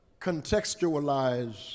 contextualize